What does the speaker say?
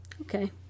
okay